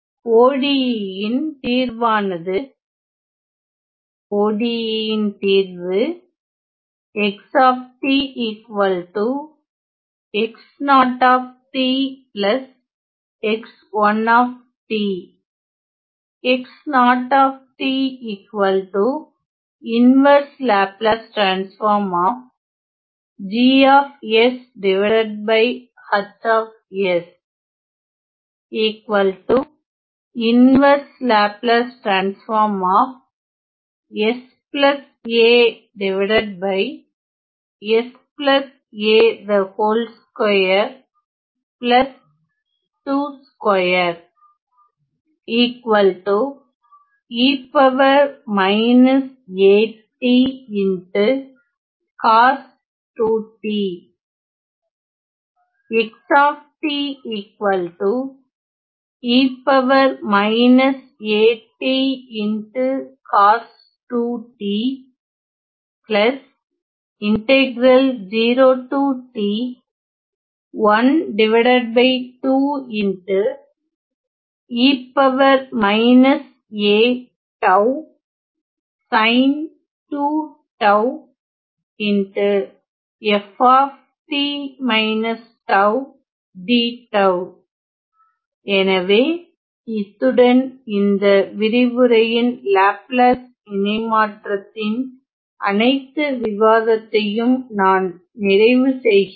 ODE ன் தீர்வானது ODE ன் தீர்வு எனவே இத்துடன் இந்த விரிவுரையின் லாப்லாஸ் இணைமாற்றத்தின் அனைத்து விவாதத்தையும் நான் நிறைவு செய்கிறேன்